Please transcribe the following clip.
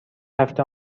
هفته